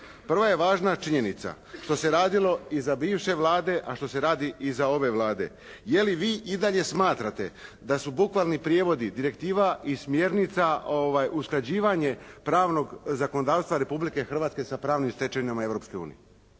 Prvo je važna činjenica što se radilo i za bivše Vlade, a što se radi i za ove Vlade. Je li vi i dalje smatrate da su bukvalni prijevodi direktiva i smjernica usklađivanje pravnog zakonodavstva Republike Hrvatske sa pravnim stečevinama